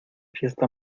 fiesta